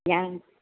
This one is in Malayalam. ഞാൻ